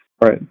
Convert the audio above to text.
Right